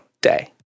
day